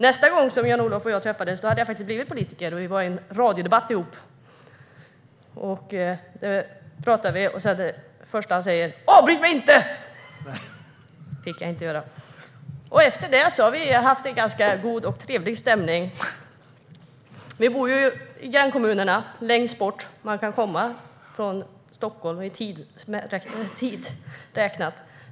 Nästa gång Jan-Olof och jag träffades hade jag faktiskt blivit politiker, och vi båda deltog i en radiodebatt. Det första han sa när vi talade var: "Avbryt mig inte!". Det fick jag inte göra. Efter detta har vi haft en ganska god och trevlig stämning. Vi bor i var sin grannkommun så långt västerut man kan komma från Stockholm i tid räknat.